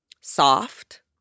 soft